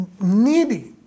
needy